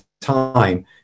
time